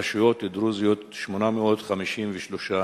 ורשויות דרוזיות 853 שקלים.